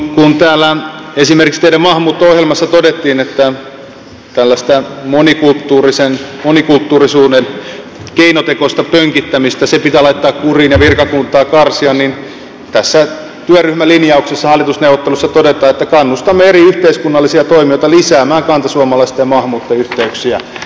kun täällä esimerkiksi teidän maahanmuutto ohjelmassanne todettiin että tällainen monikulttuurisuuden keinotekoinen pönkittäminen pitää laittaa kuriin ja virkakuntaa karsia niin tässä työryhmälinjauksessa hallitusneuvotteluissa todetaan että kannustamme eri yhteiskunnallisia toimijoita lisäämään kantasuomalaisten ja maahanmuuttajien yhteyksiä